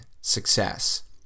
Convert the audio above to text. success